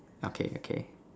okay okay